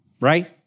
right